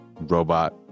Robot